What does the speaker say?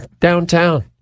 downtown